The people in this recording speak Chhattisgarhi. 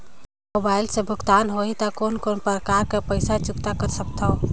मोबाइल से भुगतान होहि त कोन कोन प्रकार कर पईसा चुकता कर सकथव?